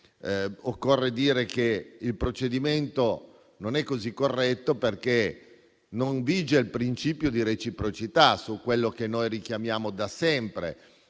inoltre dire che il procedimento non è così corretto, perché non vige il principio di reciprocità su quello che noi richiamiamo da sempre.